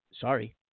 Sorry